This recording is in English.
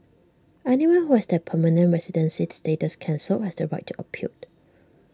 anyone who has their permanent residency status cancelled has the right to appeal